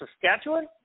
Saskatchewan